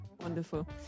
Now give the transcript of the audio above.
Wonderful